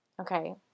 Okay